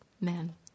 men